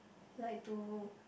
like to